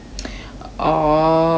orh